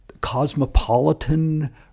cosmopolitan